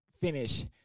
Finish